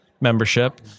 membership